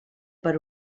per